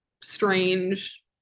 strange